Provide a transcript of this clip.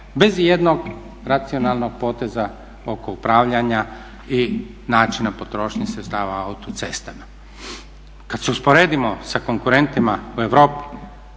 bez ijednog racionalnog poteza oko upravljanja i načina potrošnje sredstava autocestama. Kad se usporedimo sa konkurentima u Europi